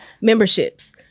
memberships